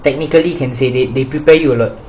technically can say they they prepare you a lot